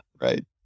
Right